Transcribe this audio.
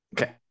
okay